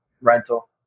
rental